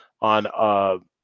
on